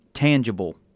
tangible